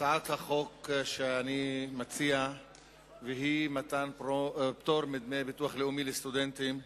הצעת החוק שאני מציע היא על מתן פטור מדמי ביטוח לאומי לסטודנטים,